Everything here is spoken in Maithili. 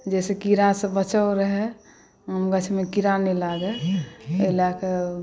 जाहिसँ कीड़ासँ बचल रहै गाछमे कीड़ा नहि लागै अएलाके